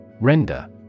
Render